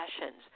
sessions